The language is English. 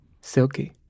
Silky